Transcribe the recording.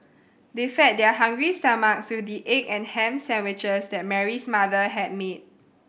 they fed their hungry stomach with the egg and ham sandwiches that Mary's mother had made